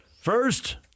First